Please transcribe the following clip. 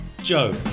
Joe